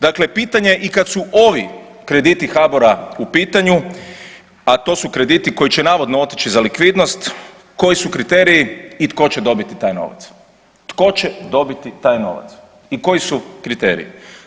Dakle, pitanje je i kad su ovi krediti HBOR-a u pitanju, a to su krediti koji će navodno otići za likvidnost, koji su kriteriji i tko će dobiti taj novac, tko će dobiti taj novac i koji su kriteriji.